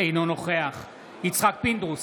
אינו נוכח יצחק פינדרוס,